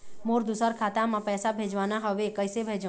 मोर दुसर खाता मा पैसा भेजवाना हवे, कइसे भेजों?